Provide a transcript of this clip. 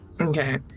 Okay